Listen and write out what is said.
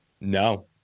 No